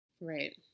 Right